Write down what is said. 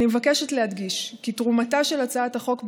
אני מבקשת להדגיש כי תרומתה של הצעת החוק,